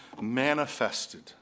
manifested